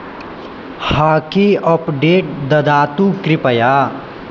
hockey update ददातु कृपया